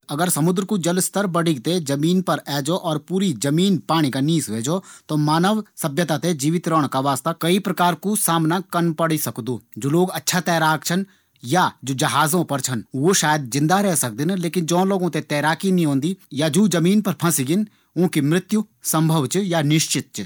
अगर समुद्र कू जल स्तर बढ़ीक थें जमीन पर ऐ जौ और पूरी जमीन पाणी का नीस ऐ जौ त मानव सभ्यता थें जीवित रण का वास्ता कई प्रकार की समस्याओं कू सामना करना पड़ सकदु। जु लोग अच्छा तैराक छन या जहाजों पर छन ऊ शायद जिन्दा रै सकदिन। लेकिन ज्यू लोगों थें तैराकी नी ओंदी या जु जमीन पर फंसी गेन ऊँकी मृत्यु संभव च या निश्चित च।